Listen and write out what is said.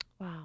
Wow